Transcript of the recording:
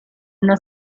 una